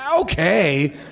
Okay